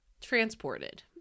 transported